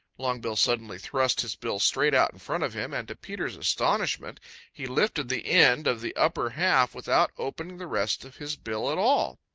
longbill suddenly thrust his bill straight out in front of him and to peter's astonishment he lifted the end of the upper half without opening the rest of his bill at all.